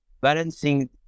balancing